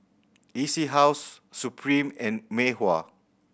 E C House Supreme and Mei Hua